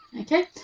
Okay